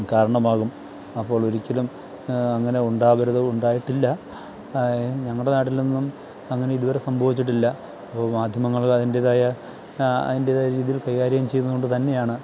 കാരണമാകും അപ്പോള് ഒരിക്കലും ഉണ്ടാകരുത് ഉണ്ടായിട്ടില്ല ഞങ്ങളുടെ നാട്ടിലൊന്നും അങ്ങനെ ഇതുവരെ സംഭവിച്ചിട്ടില്ല അപ്പോൾ മാധ്യമങ്ങള് അതിന്റേതായ അതിന്റേതായ രീതിയില് കൈകാര്യം ചെയ്യുന്നത് കൊണ്ടു തന്നെയാണ്